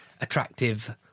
attractive